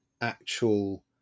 actual